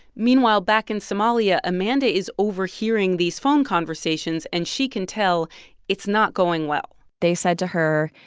meanwhile, back in somalia, amanda is overhearing these phone conversations. and she can tell it's not going well they said to her,